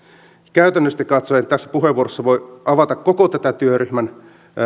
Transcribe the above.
käytännöllisesti katsoen tässä puheenvuorossa en voi avata koko tätä työryhmän